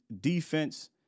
defense